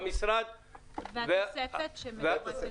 וכולל התוספת.